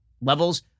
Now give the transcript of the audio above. levels